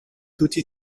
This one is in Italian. tutti